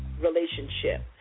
relationship